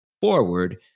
forward